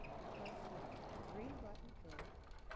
i press the green button first.